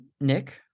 Nick